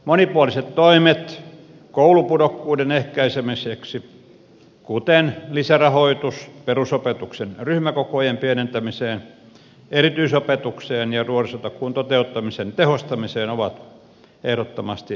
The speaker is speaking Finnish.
monipuoliset toimet koulupudokkuuden ehkäisemiseksi kuten lisärahoitus perusopetuksen ryhmäkokojen pienentämiseen erityisopetukseen ja nuorisotakuun toteuttamisen tehostamiseen ovat ehdottomasti myönteisiä päätöksiä